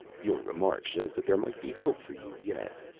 your remark shows that there might be hope for you yet.